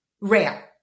rare